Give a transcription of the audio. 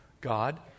god